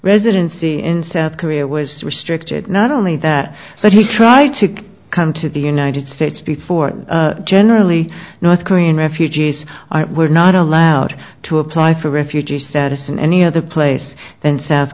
residency in south korea was restricted not only that but he tried to come to the united states before generally north korean refugees were not allowed to apply for refugee status in any other place than south